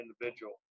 individual